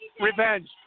revenge